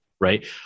right